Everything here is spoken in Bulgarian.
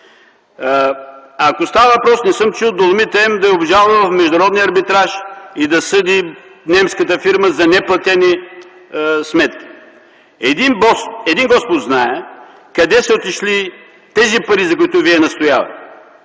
е междуфирмен. Не съм чул „Доломит М” да е обжалвал в Международния арбитраж и да съди немската фирма за неплатени сметки. Един Господ знае къде са отишли тези пари, за които Вие настоявате.